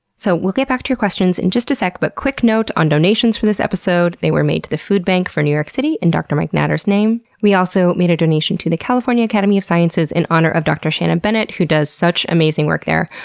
so we'll get back to your questions in just a sec, but quick note on donations for this episode. they were made to the food bank for new york city in dr. mike natter's name. we also made a donation to the california academy of sciences in honor of dr. shannon bennett who does such amazing work there.